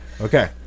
Okay